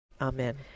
Amen